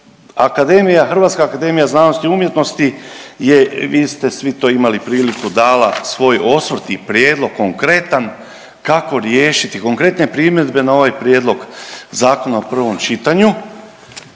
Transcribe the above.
Hrvatska akademija znanosti i umjetnosti je, vi ste svi to imali priliku dala svoj osvrt i prijedlog konkretan kako riješiti, konkretne primjedbe na ovaj prijedlog zakona u prvom čitanju.